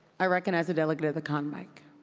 i recognize the delegate at the con mic.